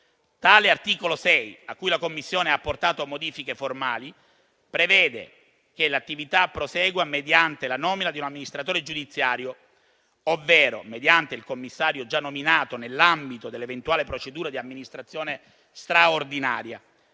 Tale articolo 6, a cui la Commissione ha apportato modifiche formali, prevede che l'attività prosegua mediante la nomina di un amministratore giudiziario, ovvero mediante il commissario già nominato nell'ambito dell'eventuale procedura di amministrazione straordinaria.